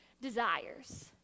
desires